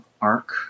arc